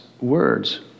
words